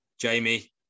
Jamie